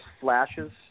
flashes